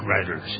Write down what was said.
writers